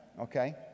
Okay